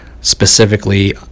specifically